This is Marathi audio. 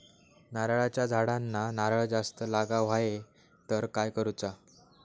नारळाच्या झाडांना नारळ जास्त लागा व्हाये तर काय करूचा?